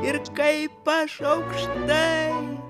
ir kaip aš aukštai